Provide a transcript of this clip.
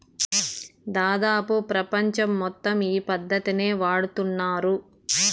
దాదాపు ప్రపంచం మొత్తం ఈ పద్ధతినే వాడుతున్నారు